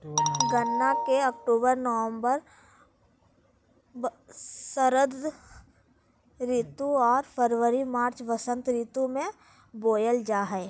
गन्ना के अक्टूबर नवम्बर षरद ऋतु आर फरवरी मार्च बसंत ऋतु में बोयल जा हइ